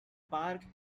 park